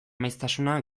maiztasuna